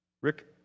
Rick